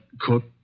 cook